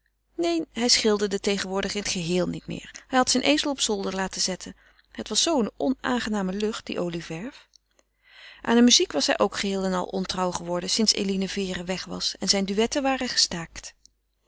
neen hij schilderde tegenwoordig in het geheel niet meer hij had zijn ezel op zolder laten zetten het was zoo een onaangename lucht die olieverf aan de muziek was hij ook geheel en al ontrouw geworden sinds eline vere weg was en zijn duetten waren gestaakt